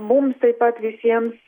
mums taip pat visiems